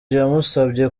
yamusabye